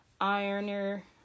ironer